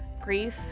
Grief